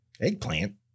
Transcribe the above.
Eggplant